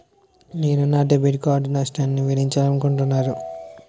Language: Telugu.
నేను నా డెబిట్ కార్డ్ నష్టాన్ని నివేదించాలనుకుంటున్నాను